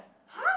!huh!